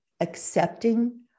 accepting